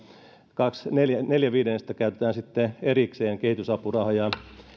neljä viidennestä käytetään sitten erikseen kehitysapurahoja